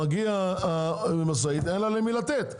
מגיעה המשאית ואין לה למי לתת.